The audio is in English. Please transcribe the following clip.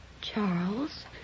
Charles